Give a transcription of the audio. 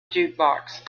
jukebox